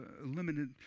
limited